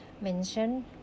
Mention